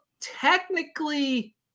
technically